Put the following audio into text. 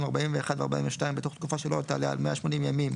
41 ו-402 בתוך תקופה שלא תעלה על 180 ימים